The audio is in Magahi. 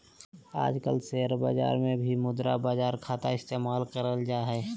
आजकल शेयर बाजार मे भी मुद्रा बाजार खाता इस्तेमाल करल जा हय